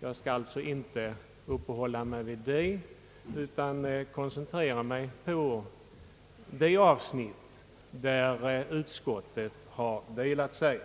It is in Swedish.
Jag skall därför inte uppehålla mig vid det utan koncentrera mig på det avsnitt där utskottet har haft delade